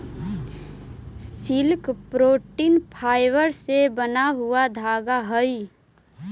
silk protein fibre से बना हुआ धागा हई